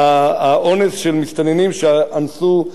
מסתננים שאנסו,